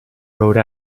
rode